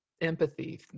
empathy